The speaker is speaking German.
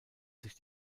sich